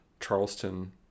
Charleston